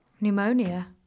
Pneumonia